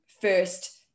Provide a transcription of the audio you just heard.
first